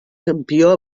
campió